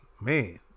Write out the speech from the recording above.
man